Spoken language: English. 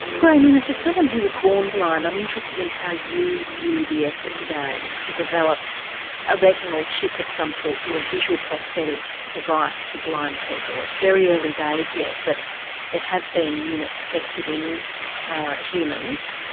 graeme innis as someone who was born blind i'm interested in how you view the effort today to develop a retinal chip of some sort, or a visual prosthetic device for blind people? it's very early days yet but there have been units tested in humans.